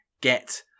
get